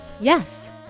yes